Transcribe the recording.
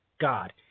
God